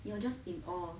you are just in awe